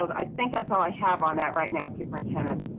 ah i think that's all i have on that right now, superintendent.